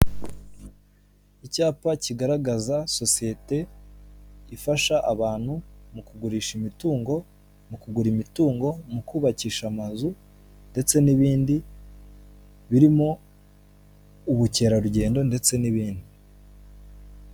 Icyapa kigaragaza sosiyete ifasha abantu mu kugurisha imitungo, mu kugura imitungo, mu kubakisha amazu, ndetse n'ibindi birimo ubukerarugendo ndetse n'ibindi.